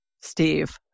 Steve